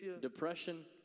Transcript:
depression